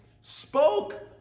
spoke